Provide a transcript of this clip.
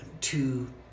two